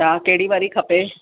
अच्छा कहिड़ी वारी खपे